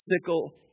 sickle